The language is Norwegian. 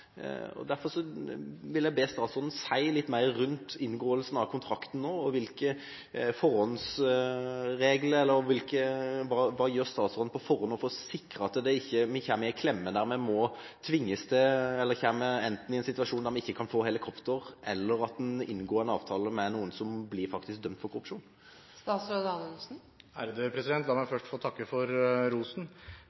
Derfor vil jeg be statsråden si litt mer om inngåelsen av kontrakten. Hva gjør statsråden på forhånd for å sikre at vi ikke kommer i en klemme der vi enten kommer i en situasjon der vi ikke kan få helikopter, eller at vi inngår en avtale med noen som faktisk blir dømt for korrupsjon?